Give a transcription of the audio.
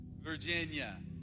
Virginia